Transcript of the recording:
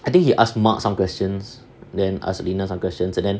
I think he asked mak some questions then ask lina some questions and then